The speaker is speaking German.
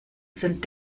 sind